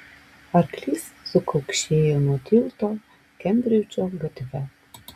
arklys sukaukšėjo nuo tilto kembridžo gatve